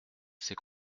ces